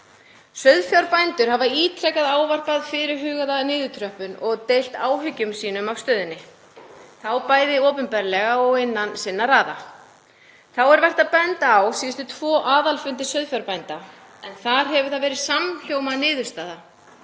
Sauðfjárbændur hafa ítrekað ávarpað fyrirhugaða niðurtröppun og deilt áhyggjum sínum af stöðunni, bæði opinberlega og innan sinna raða. Þá er vert að benda á síðustu tvo aðalfundi sauðfjárbænda. Þar hefur það verið samhljóma niðurstaða